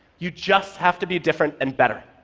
you just have to be different and better.